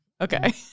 Okay